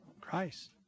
Christ